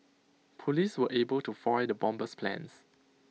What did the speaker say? Police were able to foil the bomber's plans